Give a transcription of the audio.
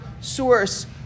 source